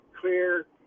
clear